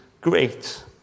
great